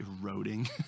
eroding